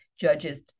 judges